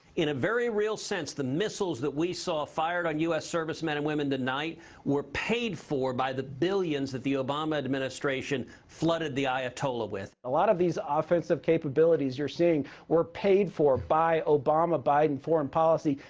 in a very real sense, the missiles that we saw fired on us servicemen and women tonight were paid for by the billions that the obama administration flooded the ayatollah with. a lot of these offensive capabilities you're seeing were paid for by obama-biden foreign policy.